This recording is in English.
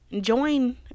join